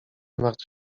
martw